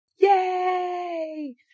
Yay